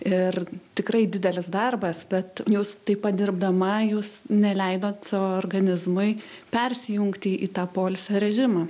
ir tikrai didelis darbas bet jūs taip pat dirbdama jūs neleidot savo organizmui persijungti į tą poilsio režimą